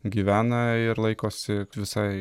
gyvena ir laikosi visai